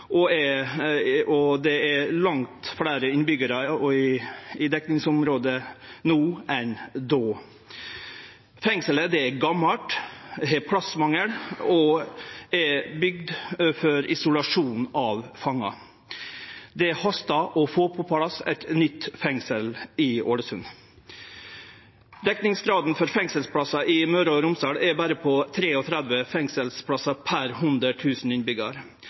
den tida, og det er langt fleire innbyggjarar i dekningsområdet no enn då. Fengselet er gamalt, har plassmangel og er bygt for isolasjon av fangar. Det hastar med å få på plass eit nytt fengsel i Ålesund. Dekningsgraden for fengselsplassar i Møre og Romsdal er på berre 33 fengselsplassar per